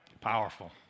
Powerful